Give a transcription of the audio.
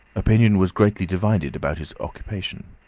opinion was greatly divided about his occupation.